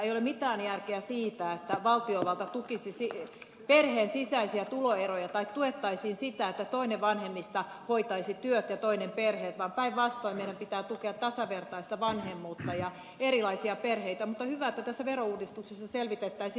ei ole mitään järkeä siinä että valtiovalta tukisi perheen sisäisiä tuloeroja tai tuettaisiin sitä että toinen vanhemmista hoitaisi työt ja toinen perheen vaan päinvastoin meidän pitää tukea tasavertaista vanhemmuutta ja erilaisia perheitä mutta hyvä että tässä verouudistuksessa selvitettäisiin lapsivähennys